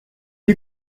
you